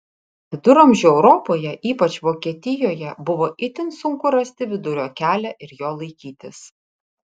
viduramžių europoje ypač vokietijoje buvo itin sunku rasti vidurio kelią ir jo laikytis